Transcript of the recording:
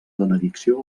benedicció